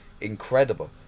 incredible